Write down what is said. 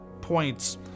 points